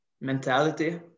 Mentality